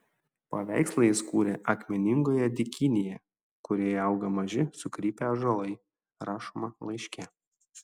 paveikslą jis kūrė akmeningoje dykynėje kurioje auga maži sukrypę ąžuolai rašoma laiške